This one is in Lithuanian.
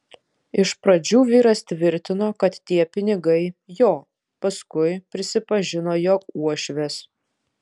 iš pradžių vyras tvirtino kad tie pinigai jo paskui prisipažino jog uošvės